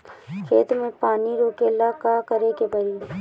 खेत मे पानी रोकेला का करे के परी?